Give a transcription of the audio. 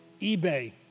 eBay